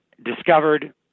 Discovered